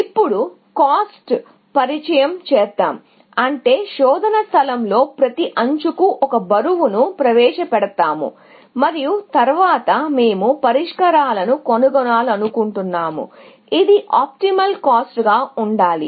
ఇప్పుడు కాస్ట్ ని కూడా పరిచయం చేద్దాం అంటే శోధన స్థలంలో ప్రతి ఎడ్జ్ కు ఒక బరువును ప్రవేశపెడతాము మరియు తరువాత మేము పరిష్కారాలను కనుగొనాలనుకుంటున్నాము ఇది ఆప్టిమల్ కాస్ట్ గా ఉండాలి